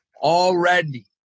already